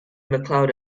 macleod